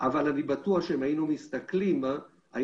אבל אני בטוח שאם היינו מסתכלים היינו